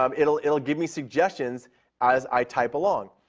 um it will give me suggestions as i type along,